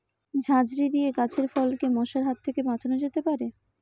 ঝাঁঝরি দিয়ে গাছের ফলকে মশার হাত থেকে বাঁচানো যেতে পারে?